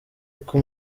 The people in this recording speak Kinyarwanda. uko